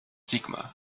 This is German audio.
sigmar